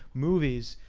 movies,